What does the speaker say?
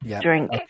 drink